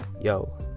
Yo